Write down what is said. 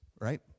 Right